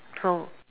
so